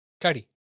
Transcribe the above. Cody